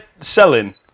selling